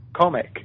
comic